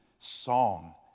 Song